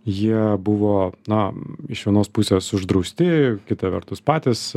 jie buvo na iš vienos pusės uždrausti kita vertus patys